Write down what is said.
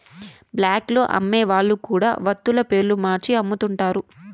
black లో అమ్మే వాళ్ళు కూడా వత్తుల పేర్లు మార్చి అమ్ముతుంటారు